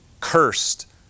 cursed